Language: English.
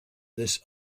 this